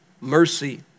mercy